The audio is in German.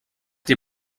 dir